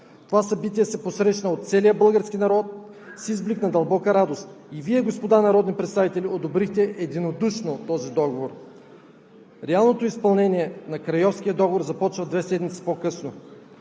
Това събитие се посрещна от целия български народ с изблик на дълбока радост, и Вие, господа народни представители, одобрихте единодушно този договор.“ Реалното изпълнение на Крайовския договор започва две седмици по-късно.